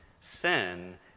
sin